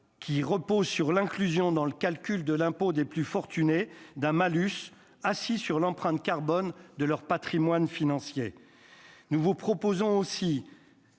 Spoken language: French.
qui repose sur l'inclusion dans le calcul de l'impôt des plus fortunés d'un malus assis sur l'empreinte carbone de leur Patrimoine financier, nous vous proposons aussi.